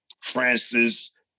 Francis